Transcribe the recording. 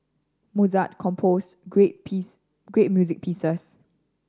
Mozart composed great piece great music pieces